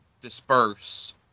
disperse